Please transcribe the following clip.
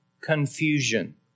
confusion